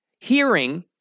hearing